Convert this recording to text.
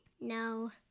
no